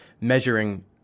measuring